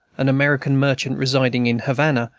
an american merchant residing in havana,